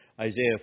Isaiah